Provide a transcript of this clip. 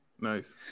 Nice